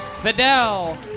Fidel